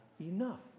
enough